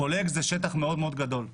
פולג זה שטח מאוד-מאוד גדול.